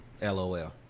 LOL